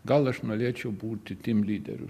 gal aš norėčiau būti tym lyderiu